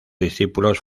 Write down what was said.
discípulos